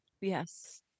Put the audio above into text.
Yes